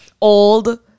old